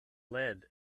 lead